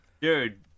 Dude